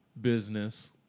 business